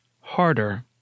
harder